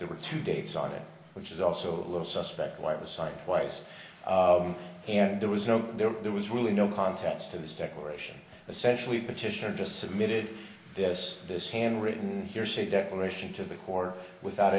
there were two dates on it which is also a little suspect quite aside twice and there was no there there was really no contest to this declaration essentially a petition just submitted this this hand written hearsay declaration to the core without